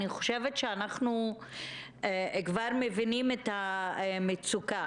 אנחנו כבר מבינים את המצוקה.